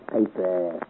paper